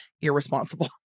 irresponsible